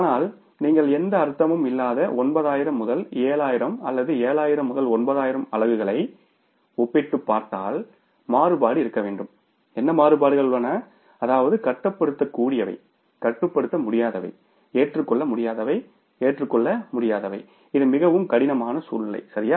ஆனால் நீங்கள் எந்த அர்த்தமும் இல்லாத 9000 முதல் 7000 அல்லது 7000 முதல் 9000 அலகுகளை ஒப்பிட்டுப் பார்த்தால் மாறுபாடு இருக்க வேண்டும் என்ன மாறுபாடுகள் உள்ளன அதாவது கட்டுப்படுத்தக்கூடியவை கட்டுப்படுத்த முடியாதவை ஏற்றுக்கொள்ள முடியாதவை ஏற்றுக்கொள்ள முடியாதவை இது மிகவும் கடினமான சூழ்நிலை சரியா